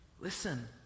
Listen